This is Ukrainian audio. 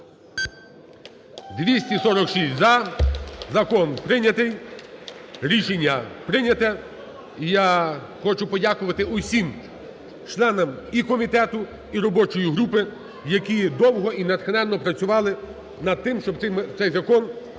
За-246 Закон прийнятий. Рішення прийнято. І я хочу подякувати усім членам і комітету, і робочої групи, які довго і натхненно працювали над тим, щоб цей закон ми